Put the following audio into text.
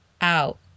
out